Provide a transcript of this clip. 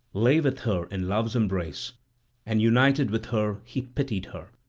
lay with her in love's embrace and united with her he pitied her,